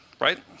right